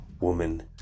woman